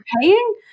paying